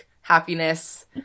happiness